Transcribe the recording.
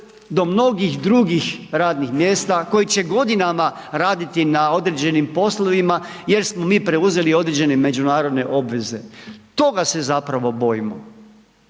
do mnogih drugih radnih mjesta, koji će godinama raditi na određenim poslovima jer smo mi preuzeli određene međunarodne obveze, toga se zapravo bojimo,